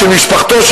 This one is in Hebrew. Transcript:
של משפחתו,